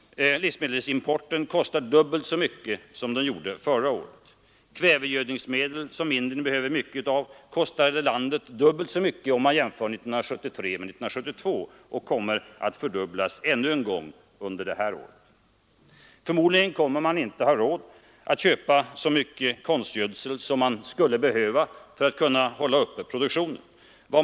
Livsmedelsimporten kostar i år dubbelt så mycket som förra året. Kvävegödningsmedel, som Indien behöver mycket av, kostade landet dubbelt så mycket 1973 som 1972, och priset kommer att fördubblas ännu en gång under detta år. Förmodligen kommer man inte att ha råd att köpa så mycket konstgödsel som man skulle behöva för att hålla produktionen uppe.